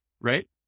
right